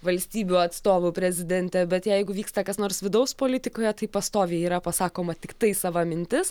valstybių atstovų prezidentė bet jeigu vyksta kas nors vidaus politikoje tai pastoviai yra pasakoma tiktai sava mintis